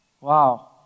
wow